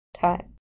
time